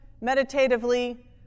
meditatively